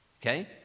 Okay